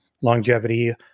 longevity